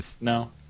No